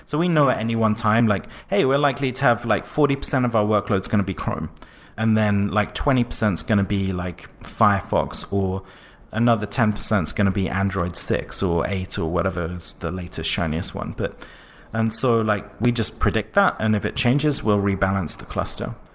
so we know at any one time, like, hey, we're likely to have like forty percent of our workload is going to be chrome and then like twenty percent is going to be like firefox or another ten percent is going to be android six or eight or whatever is the latest shiniest one. but and so like we just predict that, and if it changes, we'll rebalance the cluster.